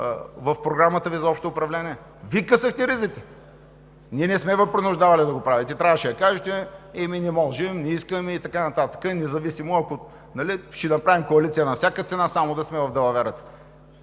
в програмата Ви за общо управление. Вие късахте ризите. Ние не сме Ви принуждавали да го правите. Трябваше да кажете: „Ами, не можем, не искаме и така нататък. Ще направим коалиция на всяка цена, само да сме в далаверата“.